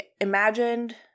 imagined